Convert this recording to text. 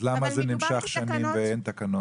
למה זה נמשך שנים ואין תקנות?